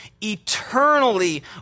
eternally